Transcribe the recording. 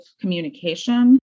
communication